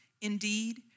Indeed